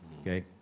okay